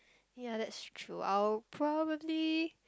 ya that's true I will probably